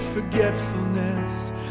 Forgetfulness